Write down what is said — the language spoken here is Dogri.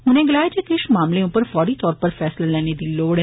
उनें गलाया जे किष मामलें उप्पर फौरी तौर उप्पर फैसला लैने दी लोड़ ऐ